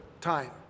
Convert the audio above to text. time